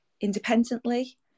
independently